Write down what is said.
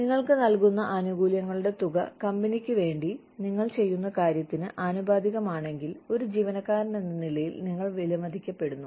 നിങ്ങൾക്ക് നൽകുന്ന ആനുകൂല്യങ്ങളുടെ തുക കമ്പനിക്ക് വേണ്ടി നിങ്ങൾ ചെയ്യുന്ന കാര്യത്തിന് ആനുപാതികമാണെങ്കിൽ ഒരു ജീവനക്കാരൻ എന്ന നിലയിൽ നിങ്ങൾ വിലമതിക്കപ്പെടുന്നു